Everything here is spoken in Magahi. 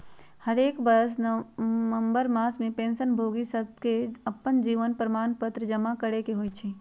हरेक बरस नवंबर मास में पेंशन भोगि सभके अप्पन जीवन प्रमाण पत्र जमा करेके होइ छइ